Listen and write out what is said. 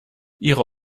ihre